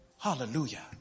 Hallelujah